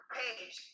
page